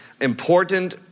important